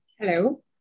Hello